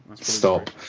Stop